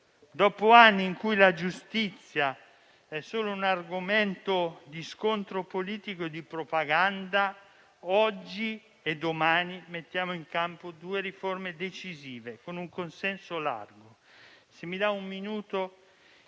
Dopo anni in cui la giustizia è stata solo un argomento di scontro politico e di propaganda, oggi e domani mettiamo in campo due riforme decisive, con un ampio consenso.